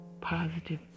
positive